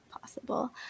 possible